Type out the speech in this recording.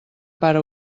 pare